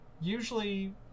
usually